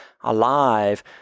alive